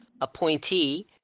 appointee